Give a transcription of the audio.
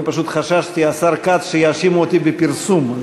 אני פשוט חששתי, השר כץ, שיאשימו אותי בפרסום.